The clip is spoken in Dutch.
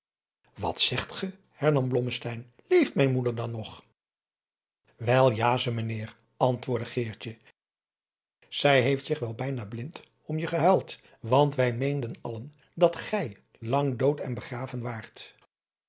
wat zegt ge hernam blommesteyn leeft mijn moeder dan nog wel ja ze menheer antwoordde geertje zij heeft zich wel bijna blind om je gehuild want adriaan loosjes pzn het leven van johannes wouter blommesteyn wij meenden allen dat gij lang dood en begraven waart